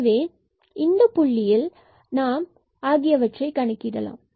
எனவே இந்த 00 புள்ளியில் நாம் r and s t ஆகியவற்றை கணக்கிடலாம்